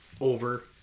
over